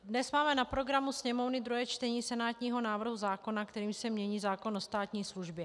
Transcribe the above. Dnes máme na programu Sněmovny druhé čtení senátního návrhu zákona, kterým se mění zákon o státní službě.